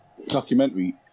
Documentary